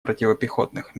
противопехотных